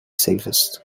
safest